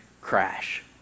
crash